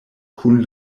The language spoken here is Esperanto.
kun